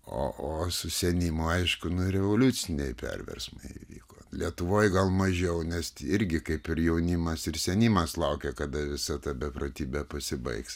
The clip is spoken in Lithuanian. o o su senimu aišku nu revoliuciniai perversmai įvyko lietuvoje gal mažiau nes irgi kaip ir jaunimas ir senimas laukė kada visa ta beprotybė pasibaigs